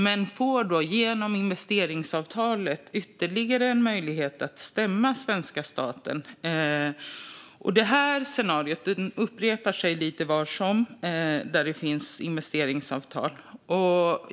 Men de får genom investeringsavtalet ytterligare en möjlighet att stämma svenska staten. Det här scenariot upprepar sig lite var som helst där det finns investeringsavtal.